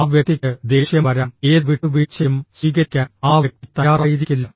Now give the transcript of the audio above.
ആ വ്യക്തിക്ക് ദേഷ്യം വരാം ഏത് വിട്ടുവീഴ്ചയും സ്വീകരിക്കാൻ ആ വ്യക്തി തയ്യാറായിരിക്കില്ല